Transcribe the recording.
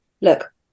look